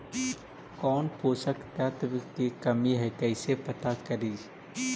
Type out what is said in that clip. कौन पोषक तत्ब के कमी है कैसे पता करि?